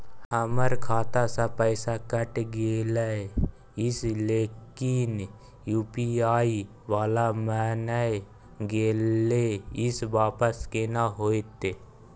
हमर खाता स पैसा कैट गेले इ लेकिन यु.पी.आई वाला म नय गेले इ वापस केना होतै?